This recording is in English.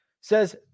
says